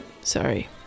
sorry